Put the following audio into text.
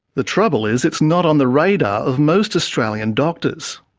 the trouble is, it's not on the radar of most australian doctors.